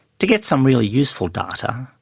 to get some really useful data,